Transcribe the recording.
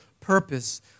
purpose